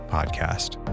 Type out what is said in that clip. podcast